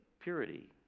purity